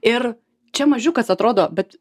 ir čia mažiukas atrodo bet